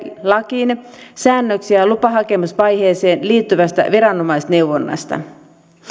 lakiin säännöksiä lupahakemusvaiheeseen liittyvästä viranomaisneuvonnasta